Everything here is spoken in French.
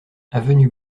avenue